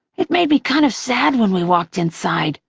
it made me kind of sad when we walked inside.